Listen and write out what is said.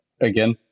again